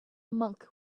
monk